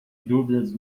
dúvidas